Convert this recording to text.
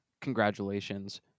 congratulations